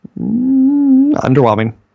Underwhelming